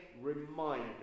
reminder